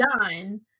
done